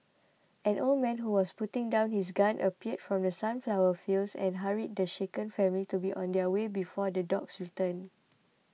an old man who was putting down his gun appeared from the sunflower fields and hurried the shaken family to be on their way before the dogs return